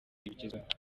ibigezweho